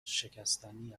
شکستنی